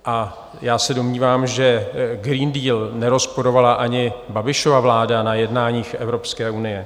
A já se domnívám, že Green Deal nerozporovala ani Babišova vláda na jednáních Evropské unie.